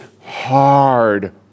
hard